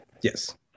Yes